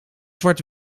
zwart